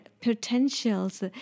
potentials